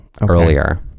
Earlier